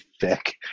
thick